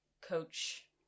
coach